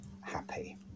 happy